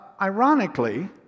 ironically